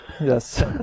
yes